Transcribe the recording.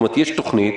כלומר, יש תוכנית.